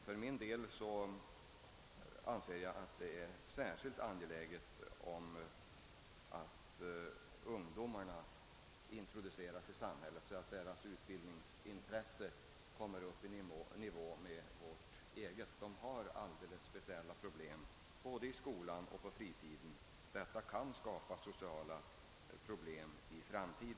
För min del anser jag att det framför allt är angeläget att ungdomarna introduceras i samhället, så att deras utbildningsintresse kommer i nivå med svenska ungdomars. Invandrarbarnen har alldeles speciella svårigheter både i skolan och på fritiden, och detta kan skapa sociala problem i framtiden.